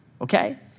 okay